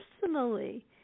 personally